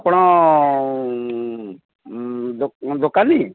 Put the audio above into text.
ଆପଣ ଦୋକାନୀ